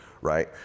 right